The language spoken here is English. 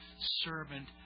servant